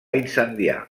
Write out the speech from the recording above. incendiar